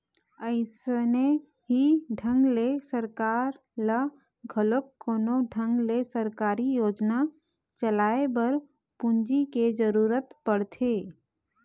अइसने ही ढंग ले सरकार ल घलोक कोनो ढंग ले सरकारी योजना चलाए बर पूंजी के जरुरत पड़थे